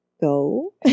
go